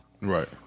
Right